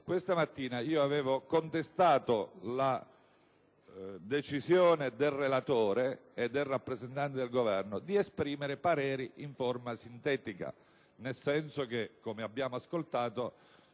questa mattina avevo contestato la decisione del relatore e del rappresentante del Governo di esprimere pareri in forma sintetica, nel senso che - come abbiamo ascoltato